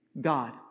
God